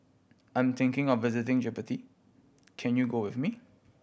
I'm thinking of visiting Djibouti can you go with me